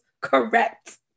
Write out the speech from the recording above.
Correct